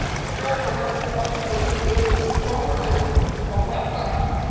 the area where the subdivision is is formerly a wetland,